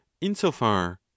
Insofar